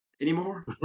anymore